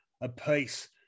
apiece